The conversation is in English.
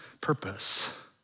purpose